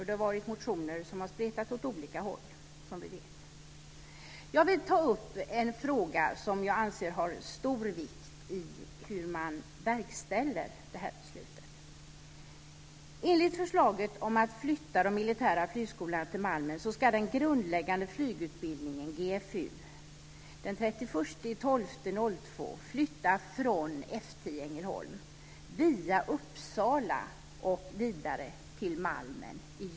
Det har varit motioner som har spretat åt olika håll, som vi vet. Jag vill ta upp en fråga som jag anser är av stor vikt när man verkställer det här beslutet.